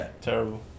terrible